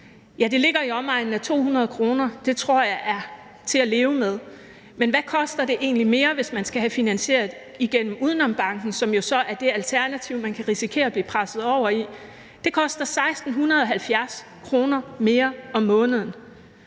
Ja, det ligger i omegnen af 200 kr., og det tror jeg er til at leve med. Men hvad koster det egentlig mere, hvis man skal have finansieret det gennem UdenomBanken, som jo så er det alternativ, man kan risikere at blive presset over i? Det koster 1.670 kr. mere om måneden.